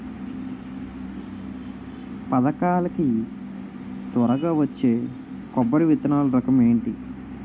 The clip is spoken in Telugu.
పథకాల కి త్వరగా వచ్చే కొబ్బరి విత్తనాలు రకం ఏంటి?